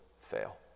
fail